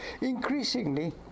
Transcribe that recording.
Increasingly